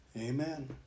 Amen